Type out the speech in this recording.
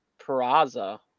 Peraza